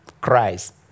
Christ